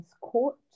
court